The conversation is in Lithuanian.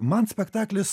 man spektaklis